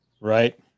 Right